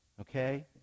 okay